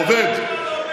עובד.